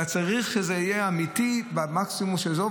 אלא צריך שזה יהיה אמיתי במקסימום שלו,